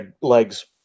legs